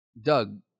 Doug